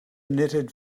knitted